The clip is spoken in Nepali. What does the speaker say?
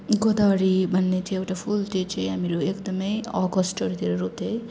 गोदावरी भन्ने थियो एउटा त्यो फुल चाहिँ हामीहरूले एकदमै अगस्तहरूतिर रोप्थ्यौँ है